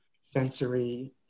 sensory